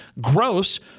Gross